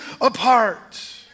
apart